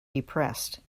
depressed